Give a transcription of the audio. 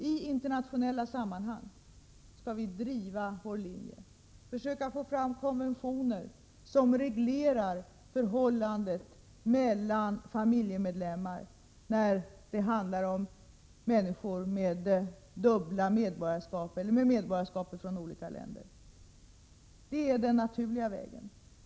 I internationella sammanhang skall vi driva vår linje och försöka få fram konventioner som reglerar förhållandet mellan familjemedlemmar, när det handlar om människor med dubbla medborgarskap eller medborgarskap i olika länder. Det är den naturliga vägen.